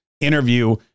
interview